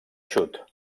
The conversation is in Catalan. xut